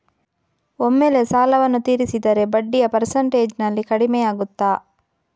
ಒಮ್ಮೆಲೇ ಸಾಲವನ್ನು ತೀರಿಸಿದರೆ ಬಡ್ಡಿಯ ಪರ್ಸೆಂಟೇಜ್ನಲ್ಲಿ ಕಡಿಮೆಯಾಗುತ್ತಾ?